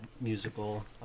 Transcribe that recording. musical